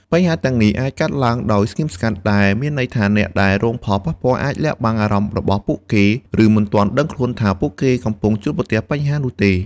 បញ្ហាទាំងនេះអាចកើតឡើងដោយស្ងៀមស្ងាត់ ដែលមានន័យថាអ្នកដែលរងផលប៉ះពាល់អាចលាក់បាំងអារម្មណ៍របស់ពួកគេ ឬមិនទាន់ដឹងថាពួកគេកំពុងជួបប្រទះបញ្ហានោះទេ។